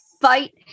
fight